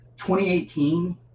2018